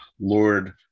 Lord